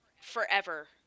forever